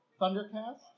Thundercast